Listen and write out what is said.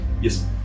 Yes